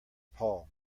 paul